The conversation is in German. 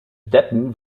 deppen